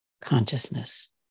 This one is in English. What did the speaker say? consciousness